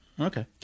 Okay